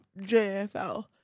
JFL